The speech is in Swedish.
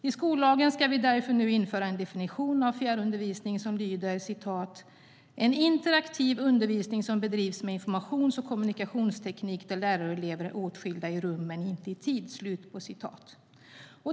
I skollagen ska vi därför nu införa en definition av fjärrundervisning som lyder "en interaktiv undervisning som bedrivs med informations och kommunikationsteknik där lärare och elever är åtskilda i rum men inte i tid".